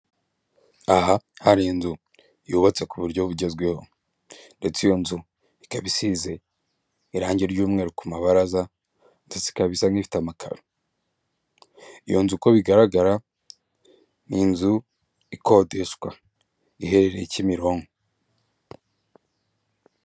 Aha hari inzu yubatse ku buryo bugezweho ndetse iyo nzu ikaba isize irangi ry'umweru ku mabaraza ndetse ikaba isa nk'ifite amakaro. Iyo nzu uko bigaragara, ni inzu ikodeshwa iherereye Kimironko.